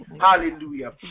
hallelujah